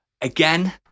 again